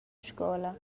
scola